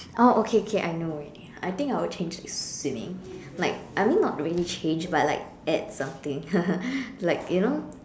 oh okay okay I know already I think I will change swimming like I mean not really change but like add something like you know